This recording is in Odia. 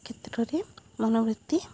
ମନବୃତ୍ତି